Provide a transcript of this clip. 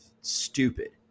stupid